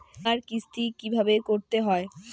বিমার কিস্তি কিভাবে করতে হয়?